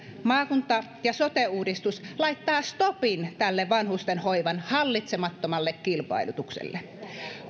maakunta ja sote uudistus laittaa stopin tälle vanhusten hoivan hallitsemattomalle kilpailutukselle